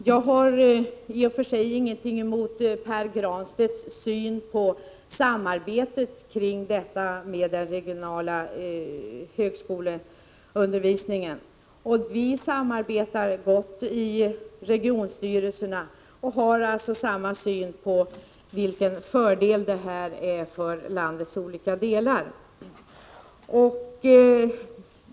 Jag har i och för sig ingenting emot Pär Granstedts syn på samarbetet beträffande den regionala högskoleundervisningen. Vi samarbetar gott i regionstyrelserna och har alltså samma syn på vilken fördel den regionala högskolan är för landets olika delar.